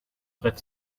brett